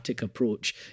approach